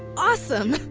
awesome!